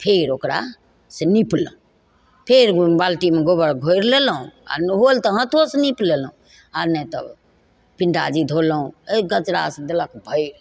फेर ओकरासँ निपलहुँ फेर बाल्टीमे गोबर घोरि लेलहुँ आओर नहि होल तऽ हाथोसँ नीप लेलहुँ आओर नहि तऽ पिन डाली धोलहुँ अइ कचरासँ देलक भरि